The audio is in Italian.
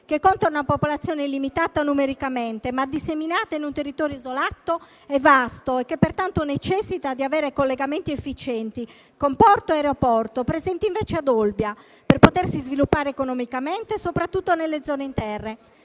che conta una popolazione limitata numericamente, ma disseminata in un territorio isolato e vasto e che pertanto necessita di collegamenti efficienti, con porto e aeroporto, presenti invece a Olbia, per potersi sviluppare economicamente, soprattutto nelle zone interne.